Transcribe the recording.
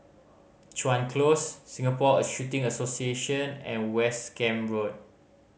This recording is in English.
Chuan Close Singapore a Shooting Association and West Camp Road